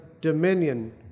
dominion